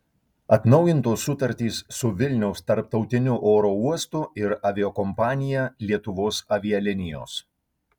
atnaujintos sutartys su vilniaus tarptautiniu oro uostu ir aviakompanija lietuvos avialinijos